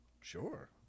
Sure